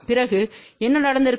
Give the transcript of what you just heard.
பிறகு என்ன நடந்திருக்கும்